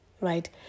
right